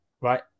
right